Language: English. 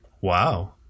Wow